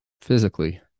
Physically